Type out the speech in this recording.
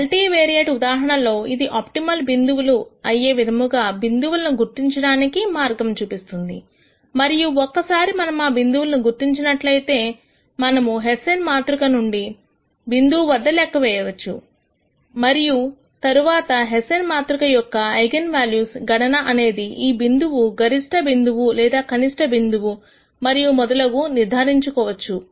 multi variate ఉదాహరణలో ఇది optimal బిందువులు అయ్యే విధముగా బిందువులను గుర్తించడానికి మార్గం చూపిస్తుంది మరియు ఒక్కసారి మనము ఆ బిందువులను గుర్తించినట్లయితే మనము హెస్సేన్ మాతృక ను బిందువు వద్ద లెక్క వేయవచ్చు మరియు తరువాత హెస్సేన్ మాతృక యొక్క ఐగన్ వాల్యూస్ గణన అనేది ఈ బిందువు గరిష్ట బిందువు లేదా కనిష్ట బిందువు మరియు మొదలగునవి నిర్ధారించవచ్చు